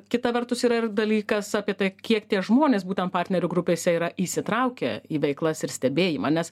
kita vertus yra ir dalykas apie tai kiek tie žmonės būtent partnerių grupėse yra įsitraukę į veiklas ir stebėjimą nes